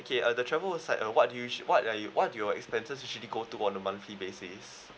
okay uh the travel is like uh what usua~ uh what are you want your expenses actually go to on a monthly basis